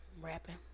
Rapping